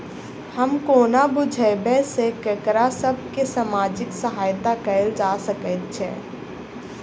हम कोना बुझबै सँ ककरा सभ केँ सामाजिक सहायता कैल जा सकैत छै?